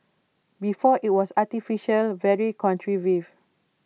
before IT was artificial very contrived